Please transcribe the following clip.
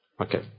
Okay